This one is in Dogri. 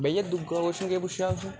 बइया दूआ क्वश्चन केह् पुच्छेआ हा तुसें